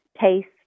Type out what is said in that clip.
taste